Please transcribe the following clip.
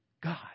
God